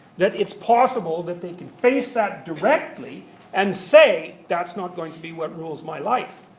that it's possible that they can face that directly and say that's not going to be what rules my life.